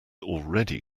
already